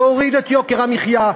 להוריד את יוקר המחיה,